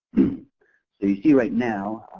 see see right now,